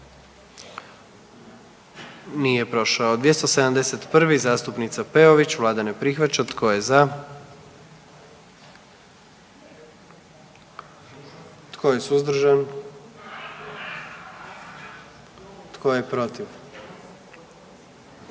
44. Kluba zastupnika SDP-a, vlada ne prihvaća. Tko je za? Tko je suzdržan? Tko je protiv?